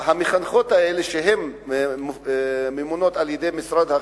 המחנכות האלה שממונות על-ידי משרד החינוך,